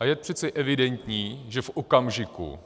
A je přece evidentní, že v okamžiku,